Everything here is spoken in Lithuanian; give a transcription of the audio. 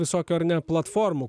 visokių ar ne platformų